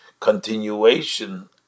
continuation